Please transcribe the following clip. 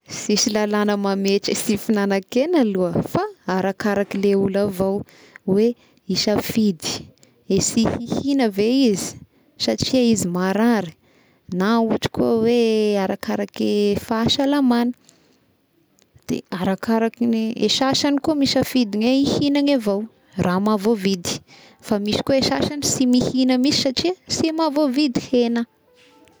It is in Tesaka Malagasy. Sisy lalàgna mametry tsy fignanà-kegna aloha fa arakaraky ilay olo avao hoe isafidy i sy hihigna ve izy satria izy marary na ohatry koa hoe arakaraky fahasalamagny, de arakaraky ny eh sasagny koa misafidy ny hihignana avao raha mahavoavidy fa misy koa i sasagny sy mihigna mihisy satria sy mahavoavidy hegna.